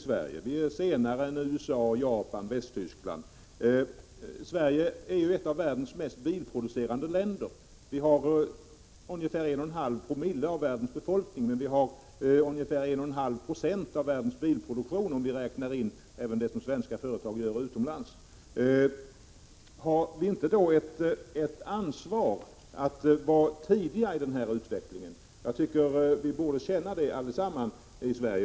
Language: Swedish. Sverige är senare än USA, Japan och Västtyskland. Sverige är ju ett av världens mest bilproducerande länder. Vi har ungefär 1,5 Zoo av världens befolkning men ungefär 1,5 Z av världens bilproduktion, om vi räknar in även den biltillverkning som Sverige svarar för utomlands. Har vi inte då ett ansvar att vara tidiga i den här utvecklingen? Jag tycker att vi alla i Sverige borde känna ett sådant ansvar.